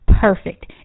perfect